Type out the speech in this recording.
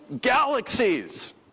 galaxies